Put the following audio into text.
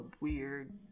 weird